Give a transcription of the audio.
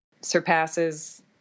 surpasses